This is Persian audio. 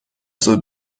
زود